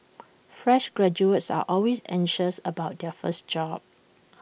fresh graduates are always anxious about their first job